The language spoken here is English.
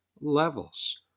levels